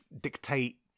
dictate